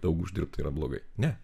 daug uždirbti yra blogai ne